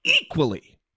equally